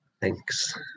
thanks